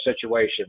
situation